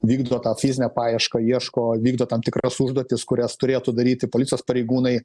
vykdo tą fizinę paiešką ieško vykdo tam tikras užduotis kurias turėtų daryti policijos pareigūnai